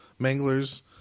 Manglers